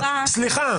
סליחה,